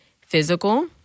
physical